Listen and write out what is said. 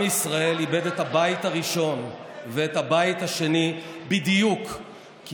עם ישראל איבד את הבית הראשון ואת הבית השני בדיוק כי